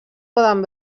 poden